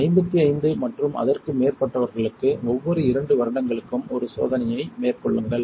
55 மற்றும் அதற்கு மேற்பட்டவர்களுக்கு ஒவ்வொரு 2 வருடங்களுக்கும் ஒரு சோதனையை மேற்கொள்ளுங்கள்